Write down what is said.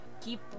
keep